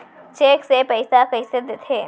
Cheque से पइसा कइसे देथे?